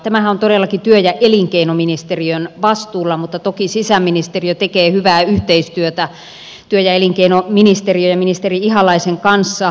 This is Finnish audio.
tämähän on todellakin työ ja elinkeinoministeriön vastuulla mutta toki sisäministeriö tekee hyvää yhteistyötä työ ja elinkeinoministeriön ja ministeri ihalaisen kanssa tässä